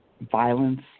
Violence